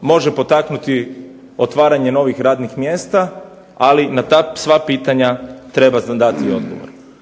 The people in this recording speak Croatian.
može potaknuti otvaranje novih radnih mjesta ali na ta sva pitanja treba dati odgovor.